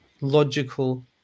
logical